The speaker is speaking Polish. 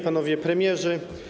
Panowie Premierzy!